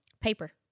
Paper